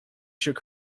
shook